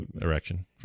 erection